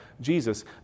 Jesus